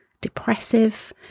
depressive